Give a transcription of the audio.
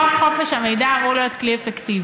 חוק חופש המידע אמור להיות כלי אפקטיבי.